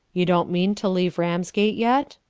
you don't mean to leave ramsgate yet?